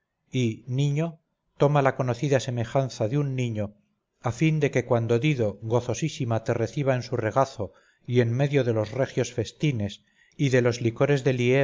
niño toma la conocida semejanza de un niño a fin de que cuando dido gozosísima te reciba en su regazo y en medio de los regios festines y de los licores de